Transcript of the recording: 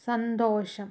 സന്തോഷം